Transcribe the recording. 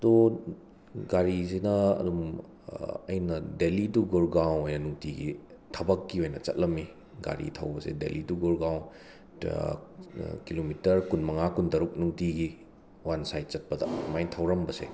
ꯗꯣ ꯒꯥꯔꯤ ꯁꯤꯅ ꯑꯗꯨꯝ ꯑꯩꯅ ꯗꯦꯜꯂꯤ ꯇꯨ ꯒꯨꯔꯒꯥꯎ ꯍꯦꯟꯅ ꯅꯨꯡꯇꯤꯒꯤ ꯊꯕꯛꯀꯤ ꯑꯣꯏꯅ ꯆꯠꯂꯝꯃꯤ ꯒꯥꯔꯤ ꯊꯧꯕꯁꯦ ꯗꯦꯜꯂꯤ ꯇꯨ ꯒꯨꯔꯒꯥꯎ ꯗ ꯀꯤꯂꯣꯃꯤꯇꯔ ꯀꯨꯟꯃꯉꯥ ꯀꯨꯟꯇꯔꯨꯛ ꯅꯨꯡꯇꯤꯒꯤ ꯋꯥꯟ ꯁꯥꯏꯗ ꯆꯠꯄꯗ ꯑꯗꯨꯃꯥꯏ ꯊꯧꯔꯝꯕꯁꯦ